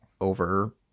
over